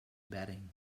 bedding